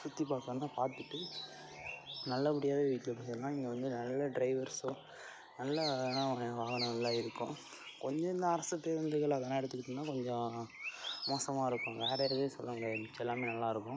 சுற்றிப் பார்க்கணுன்னா பார்த்துட்டு நல்லபடியாகவே வீட்டுக்கு போயிடலாம் இங்கே வந்து நல்ல ட்ரைவர்ஸு நல்ல வகையான வாகனங்களெலாம் இருக்கும் கொஞ்சம் இந்த அரசுப்பேருந்துகள் அதெலாம் எடுத்துக்கிட்டிங்கன்னால் கொஞ்சம் மோசமாக இருக்கும் வேறு எதுவுமே சொல்லமுடியாது மிச்ச எல்லாமே நல்லாயிருக்கும்